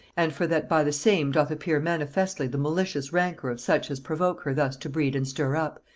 and for that by the same doth appear manifestly the malicious rancour of such as provoke her thus to breed and stir up,